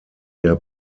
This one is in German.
der